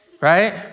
right